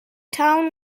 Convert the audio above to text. town